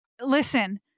listen